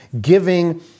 giving